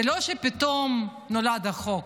זה לא שפתאום נולד החוק.